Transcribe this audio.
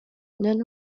none